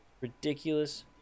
ridiculous